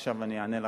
עכשיו אני אענה לך,